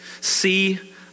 See